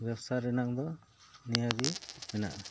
ᱵᱮᱵᱽᱥᱟ ᱨᱮᱱᱟᱜ ᱫᱚ ᱱᱤᱭᱟᱹᱜᱮ ᱢᱮᱱᱟᱜᱼᱟ